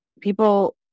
people